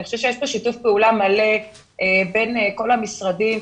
ויש פה שיתוף פעולה מלא בין כל המשרדים,